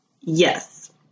Yes